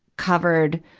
covered,